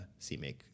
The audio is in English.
CMake